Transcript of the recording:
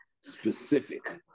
specific